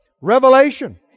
revelation